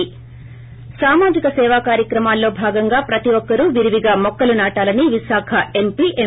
ి సామాజిక సేవా కార్యక్రమాల్లో భాగంగా ప్రతి ఒక్కరూ విరివిగా మొక్కలు నాటాలని విశాఖ ఎంపీ ఎం